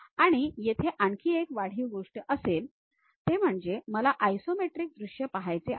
आणि येथे आणखी एक वाढीव गोष्ट असेल ते म्हणजे मला आयसोमेट्रिक दृश्य पहायचे आहे